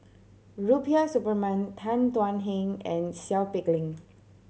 Rubiah Suparman Tan Thuan Heng and Seow Peck Leng